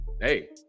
Hey